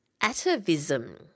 atavism